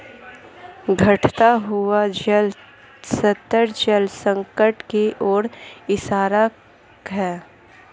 घटता हुआ जल स्तर जल संकट की ओर इशारा है